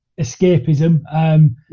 escapism